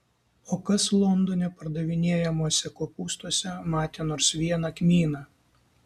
o kas londone pardavinėjamuose kopūstuose matė nors vieną kmyną